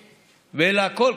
והכול,